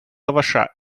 лаваша